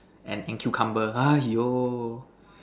and and cucumber !aiyo!